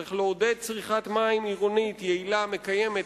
צריך לעודד צריכת מים עירונית יעילה ומקיימת,